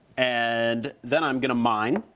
and then i'm gonna mine,